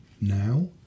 now